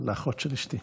לאחות של אשתי.